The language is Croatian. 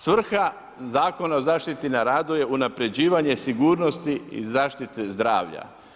Svrha Zakona o zaštiti na radu je unapređivanje sigurnosti i zaštite zdravlja.